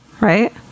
Right